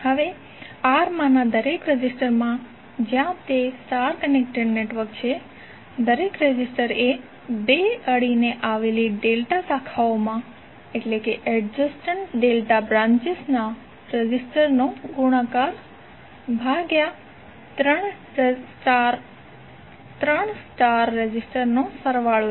હવે R માંના દરેક રેઝિસ્ટરમાં જ્યાં તે સ્ટાર કનેક્ટેડ નેટવર્ક છે દરેક રેઝિસ્ટર એ 2 અડીને આવેલી ડેલ્ટા શાખાઓમાં ના રેઝિસ્ટરનો ગુણાકાર ભાગ્યા 3 સ્ટાર રેઝિસ્ટરનો સરવાળો છે